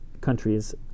countries